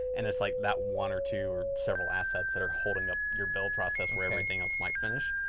and it's like that one or two or several assets that are holding up your build process where everything else might finish.